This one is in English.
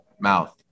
mouth